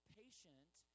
patient